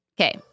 Okay